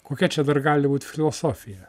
kokia čia dar gali būt filosofija